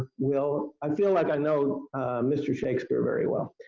well, i feel like i know mr. shakespeare very well,